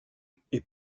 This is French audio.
était